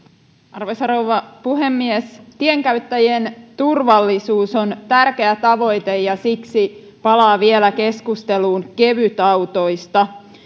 arvoisa rouva puhemies tienkäyttäjien turvallisuus on tärkeä tavoite ja siksi palaan vielä keskusteluun kevytautoista